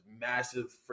massive